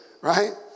right